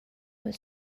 was